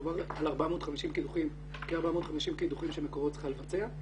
מדובר על כ-450 קידוחים שמקורות צריכה לבצע.